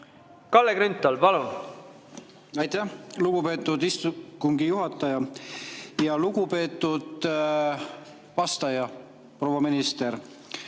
Kalle Grünthal, palun! Aitäh, lugupeetud istungi juhataja! Lugupeetud vastaja, proua minister!